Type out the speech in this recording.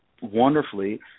wonderfully